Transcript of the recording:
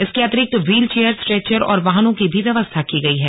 इसके अतिरिक्त wheelchair stretcher और वाहनों की भी व्यवस्था की गई है